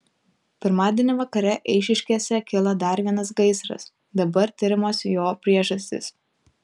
pirmadienį vakare eišiškėse kilo dar vienas gaisras dabar tiriamos jo priežastys